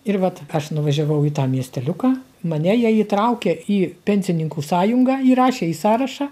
ir vat aš nuvažiavau į tą miesteliuką mane jie įtraukė į pensininkų sąjungą įrašė į sąrašą